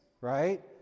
right